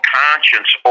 conscience